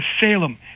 Salem